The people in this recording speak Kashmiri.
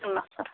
نفر